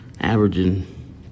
averaging